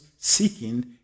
seeking